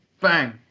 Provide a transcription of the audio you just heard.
Bang